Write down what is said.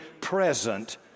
present